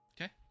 okay